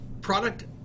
product